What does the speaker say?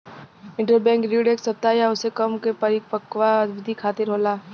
interbank ऋण एक सप्ताह या ओसे कम क परिपक्वता अवधि खातिर होला